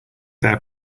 their